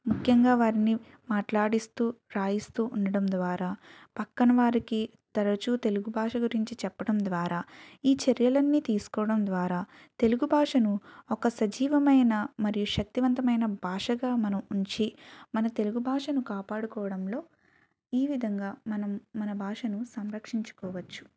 ముఖ్యంగా వారిని మాట్లాడిస్తూ రాయిస్తూ ఉండడం ద్వారా పక్కన వారికి తరచూ తెలుగు భాష గురించి చెప్పటం ద్వారా ఈ చర్యలన్నీ తీసుకోవడం ద్వారా తెలుగు భాషను ఒక సజీవమైన మరియు శక్తివంతమైన భాషగా మనం ఉంచి మన తెలుగు భాషను కాపాడుకోవడంలో ఈ విధంగా మనం మన భాషను సంరక్షించుకోవచ్చు